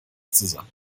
zusammen